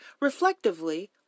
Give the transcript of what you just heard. Reflectively